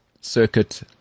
circuit